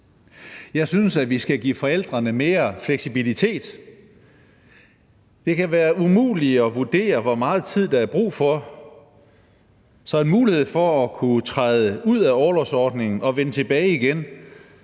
Jeg synes, at vi skal give forældrene mere fleksibilitet. Det kan være umuligt at vurdere, hvor meget tid der er brug for, så en mulighed for at kunne træde ud af orlovsordningen og vende tilbage igen